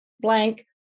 blank